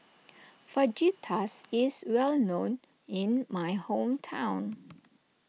Fajitas is well known in my hometown